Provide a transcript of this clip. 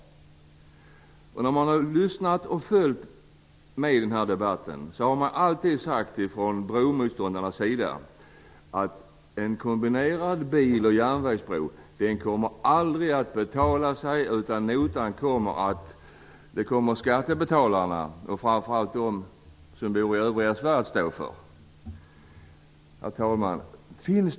När man har lyssnat på, och följt med i, denna debatt, har det alltid från bromotståndarnas sida sagts att en kombinerad bil och järnvägsbro aldrig kommer att betala sig. Notan kommer skattebetalarna, framför allt de som bor i övriga Sverige, att få stå för. Herr talman!